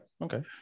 Okay